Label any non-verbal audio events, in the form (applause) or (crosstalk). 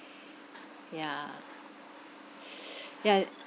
ya (noise) ya